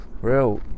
real